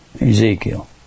Ezekiel